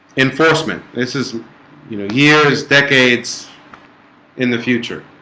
enforcement this is you know here is decades in the future